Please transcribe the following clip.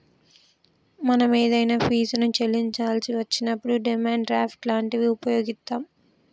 మనం ఏదైనా ఫీజుని చెల్లించాల్సి వచ్చినప్పుడు డిమాండ్ డ్రాఫ్ట్ లాంటివి వుపయోగిత్తాం